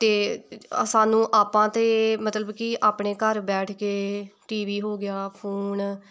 ਅਤੇ ਸਾਨੂੰ ਆਪਾਂ ਤਾਂ ਮਤਲਬ ਕਿ ਆਪਣੇ ਘਰ ਬੈਠ ਕੇ ਟੀ ਵੀ ਹੋ ਗਿਆ ਫੋਨ